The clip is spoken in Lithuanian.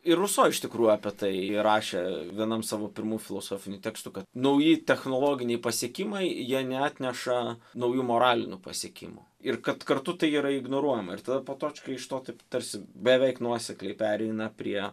ir ruso iš tikrųjų apie tai rašė vienam savo pirmų filosofinių tekstų nauji technologiniai pasiekimai jie neatneša naujų moralinių pasiekimų ir kad kartu tai yra ignoruojama ir tada potočka iš to taip tarsi beveik nuosekliai pereina prie